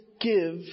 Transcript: give